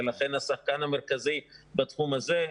לכן השחקן המרכזי בתחום הזה,